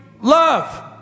love